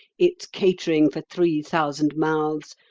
its catering for three thousand mouths,